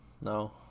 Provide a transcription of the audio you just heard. No